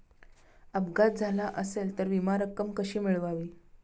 अपघात झाला असेल तर विमा रक्कम कशी मिळवावी?